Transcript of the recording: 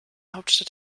hauptstadt